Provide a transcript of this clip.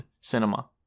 cinema